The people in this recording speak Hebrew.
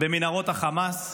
במנהרות החמאס,